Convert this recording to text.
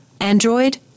Android